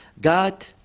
God